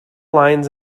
lines